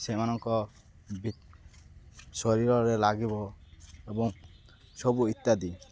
ସେମାନଙ୍କ ଶରୀରରେ ଲାଗିବ ଏବଂ ସବୁ ଇତ୍ୟାଦି